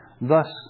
Thus